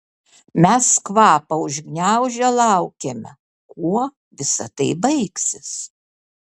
mes kvapą užgniaužę laukėme kuo visa tai baigsis